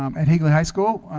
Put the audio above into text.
um at higley high school